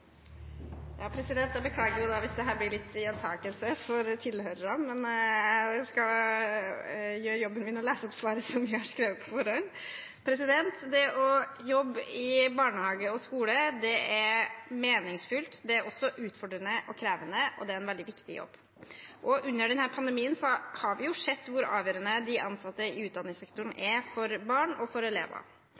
Jeg beklager hvis dette blir litt gjentakelse for tilhørerne, men jeg skal gjøre jobben min og lese opp svaret som jeg har skrevet på forhånd: Det å jobbe i barnehage og skole er meningsfullt, det er også utfordrende og krevende, og det er en veldig viktig jobb, og under denne pandemien har vi jo sett hvor avgjørende de ansatte i utdanningssektoren er for barn og for elever.